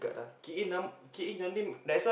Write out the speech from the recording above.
key in num~ key in your name